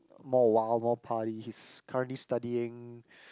more wild more party he's currently studying